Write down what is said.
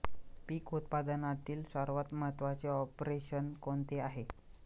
पीक उत्पादनातील सर्वात महत्त्वाचे ऑपरेशन कोणते आहे?